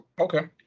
okay